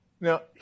Now